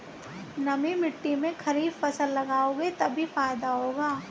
नमी मिट्टी में खरीफ फसल लगाओगे तभी फायदा होगा